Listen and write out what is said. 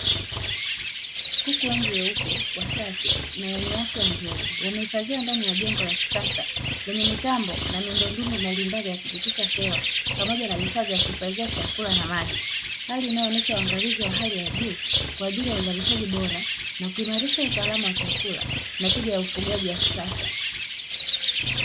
Kuku wengi weupe wasafi na wenye afya nzuri wamehifadhiwa ndani ya jengo la kisasa lenye mitambo na miundombinu mbalimbali ya kupitisha hewa, pamoja na vifaa vya kuhifadhia chakula na maji. Hali inayoonesha uangalizi wa hali ya juu kwa ajili ya uzalishaji bora na kuimarisha usalama wa chakula na tija ya ufugaji wa kisasa.